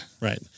Right